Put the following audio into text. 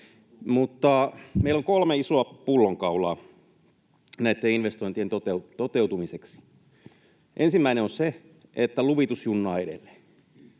Mutta meillä on kolme isoa pullonkaulaa näitten investointien toteutumiseksi. Ensimmäinen on se, että luvitus junnaa edelleen.